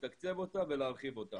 לתקצב אותה ולהרחיב אותה.